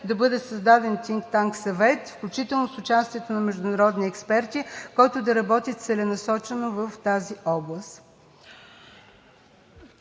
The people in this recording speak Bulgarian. да бъде създаден think tank съвет, включително с участието на международни експерти, който да работи целенасочено в тази област.